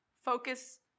Focus